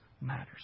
matters